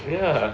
yeah